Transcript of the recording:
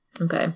Okay